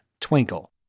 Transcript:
twinkle